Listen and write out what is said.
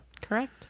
Correct